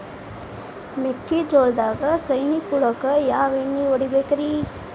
ಮೆಕ್ಕಿಜೋಳದಾಗ ಸೈನಿಕ ಹುಳಕ್ಕ ಯಾವ ಎಣ್ಣಿ ಹೊಡಿಬೇಕ್ರೇ?